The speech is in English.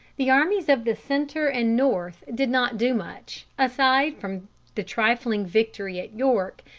the armies of the centre and north did not do much, aside from the trifling victory at york,